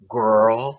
girl